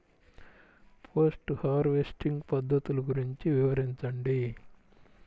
Post harvesting పద్ధతులు గురించి వివరించండి?